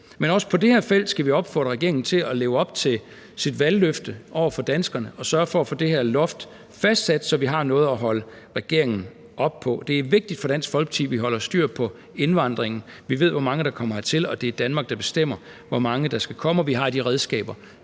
Også på det her felt skal vi opfordre regeringen til at leve op til sit valgløfte over for danskerne og sørge for at få det her loft fastsat, så vi har noget at holde regeringen op på. Det er vigtigt for Dansk Folkeparti, at vi holder styr på indvandringen, at vi ved, hvor mange der kommer hertil, at det er Danmark, der bestemmer, hvor mange der skal komme, og at vi har de redskaber